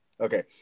Okay